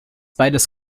beides